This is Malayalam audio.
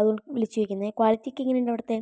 അതുകൊണ്ട് വിളിച്ചു ചോദിക്കുന്നത് ക്വാളിറ്റിയൊക്കെ എങ്ങനെയുണ്ട് അവിടുത്തേ